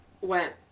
went